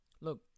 look